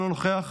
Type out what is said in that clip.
אינו נוכח,